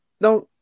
now